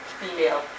female